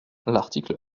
l’article